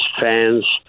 fans